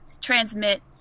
transmit